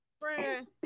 Friend